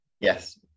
yes